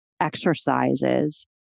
exercises